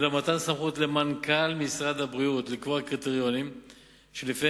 אלא מתן סמכות למנכ"ל משרד הבריאות לקבוע קריטריונים שלפיהם